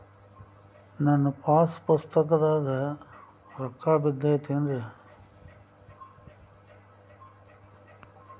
ಬರ ಇರಲಾರದ್ ರಾಗಿ ತಳಿ ಐತೇನ್ರಿ?